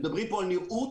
מדברים פה על נראות,